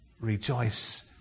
rejoice